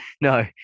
no